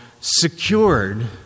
secured